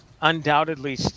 undoubtedly